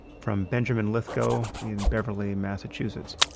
from benjamin lithgow in beverly, massachusetts.